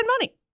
money